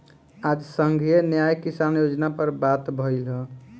आज संघीय न्याय किसान योजना पर बात भईल ह